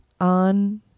on